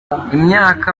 imyaka